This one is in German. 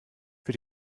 für